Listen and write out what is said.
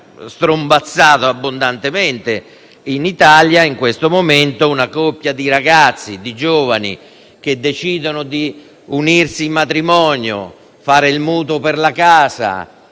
"strombazzato" che in Italia, in questo momento, una coppia di ragazzi, di giovani che decidano di unirsi in matrimonio, fare il mutuo per la casa